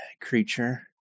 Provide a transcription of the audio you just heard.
creature